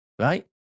right